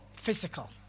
physical